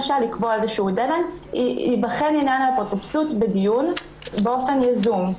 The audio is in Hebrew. לקבוע איזשהו דד-ליין ייבחן עניין האפוטרופסות בדיון באופן יזום.